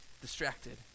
distracted